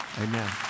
Amen